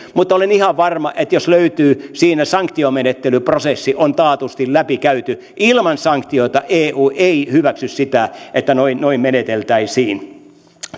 mutta olen ihan varma että jos löytyy niin siinä sanktiomenettelyprosessi on taatusti läpikäyty ilman sanktioita eu ei hyväksy sitä että noin noin meneteltäisiin